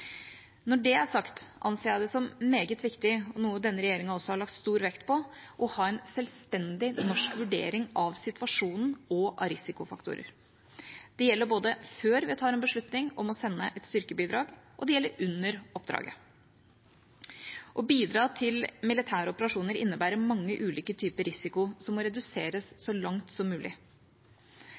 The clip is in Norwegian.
Når det er sagt, anser jeg det som meget viktig – noe denne regjeringa også har lagt stor vekt på – å ha en selvstendig vurdering av situasjonen og av risikofaktorer. Det gjelder både før vi tar en beslutning om å sende et styrkebidrag, og det gjelder under oppdraget. Å bidra til militære operasjoner innebærer mange ulike typer risiko, som må reduseres så langt som mulig.